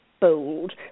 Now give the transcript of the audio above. bold